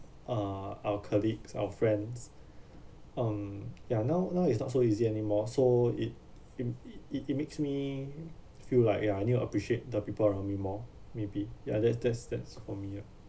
uh our colleagues our friends um ya now now it's not so easy anymore so it it it it makes me feel like ya I need appreciate the people around me more maybe ya that's that's that's for me ah